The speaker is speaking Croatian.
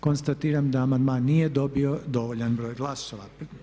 Konstatiram da amandman nije dobio dovoljan broj glasova.